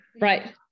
right